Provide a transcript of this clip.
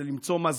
זה למצוא מזור.